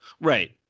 Right